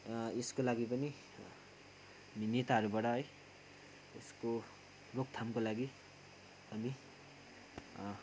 यसको लागि पनि हामी नेताहरूबाट है यसको रोकथामको लागि हामी